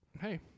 hey